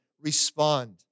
respond